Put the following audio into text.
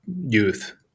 youth